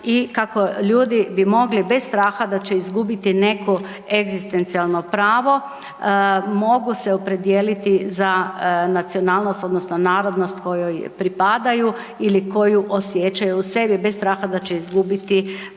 i kako ljudi bi mogli bez straha da će izgubiti neko egzistencijalno pravo mogu se opredijeliti za nacionalnost odnosno narodnost kojoj pripadaju ili koju osjećaju u sebi bez straha da će izgubiti plaću